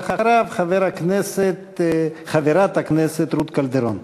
ואחריו, חברת הכנסת רות קלדרון.